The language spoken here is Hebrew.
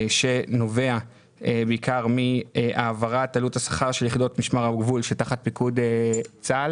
שנובע בעיקר מהעברת עלות השכר של יחידות משמר הגבול שתחת פיקוד צה"ל.